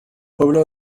pueblo